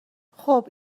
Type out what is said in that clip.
خوب